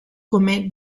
come